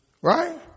right